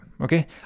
Okay